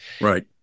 Right